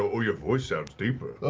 ah ooh, your voice sounds deeper.